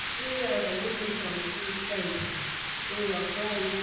we are the women from three state who are crying yeah